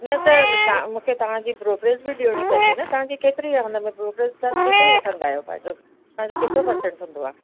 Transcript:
न त तव्हां मूंखे तव्हांजी ब्रोकरेज बि ॾियणी पवंदी न तव्हांजी केतिरी आहे हुन में ब्रोकरेज तव्हां केतिरी वठंदा आहियो तव्हांजो केतिरो परसेंट हूंदो आहे